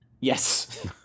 Yes